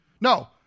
No